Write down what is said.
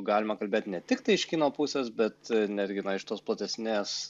galima kalbėt ne tiktai iš kino pusės bet netgi na iš tos platesnės